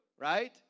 Right